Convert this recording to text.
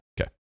Okay